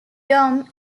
dom